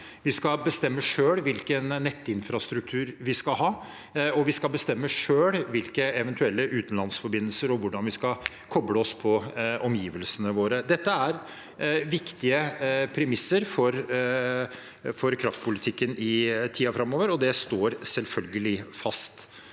Vi skal bestemme selv hvilken nettinfrastruktur vi skal ha. Vi skal bestemme selv hvilke eventuelle utenlandsforbindelser vi skal ha, og hvordan vi skal koble oss på omgivelsene våre. Dette er viktige premisser for kraftpolitikken i tiden framover, og det står selvfølgelig fast.